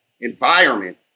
environment